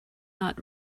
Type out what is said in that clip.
not